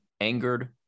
angered